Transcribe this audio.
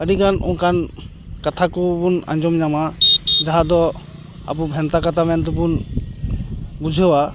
ᱟᱹᱰᱤᱜᱟᱱ ᱚᱱᱠᱟᱱ ᱠᱟᱛᱷᱟ ᱠᱚᱵᱚᱱ ᱟᱸᱡᱚᱢ ᱧᱟᱢᱟ ᱡᱟᱦᱟᱸ ᱫᱚ ᱟᱵᱚ ᱵᱷᱮᱱᱛᱟ ᱠᱟᱛᱷᱟ ᱢᱮᱱᱛᱮ ᱵᱚᱱ ᱵᱩᱡᱷᱟᱹᱣᱟ